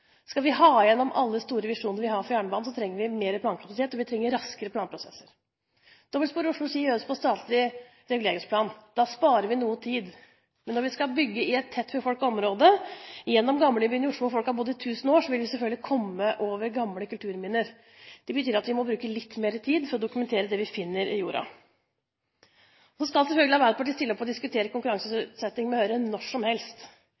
Skal vi få realisert alle store visjoner vi har for Jernbanen, trenger vi mer plankapasitet, og vi trenger raskere planprosesser. Byggingen av dobbeltsporet Oslo–Ski gjøres ut fra statlig reguleringsplan. Da sparer vi noe tid. Men når vi skal bygge i et tett befolket område, gjennom Gamlebyen i Oslo, hvor folk har bodd i tusen år, vil vi selvfølgelig komme over gamle kulturminner. Det betyr at vi må bruke litt mer tid for å dokumentere det vi finner i jorda. Så skal selvfølgelig Arbeiderpartiet når som helst stille opp og diskutere